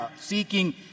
seeking